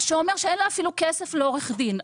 מה שאומר שאין לה אפילו כסף לעורך דין.